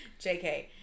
JK